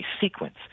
sequence